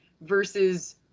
versus